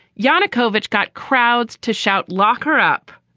yanukovich got crowds to shout lock her up.